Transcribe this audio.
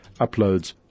uploads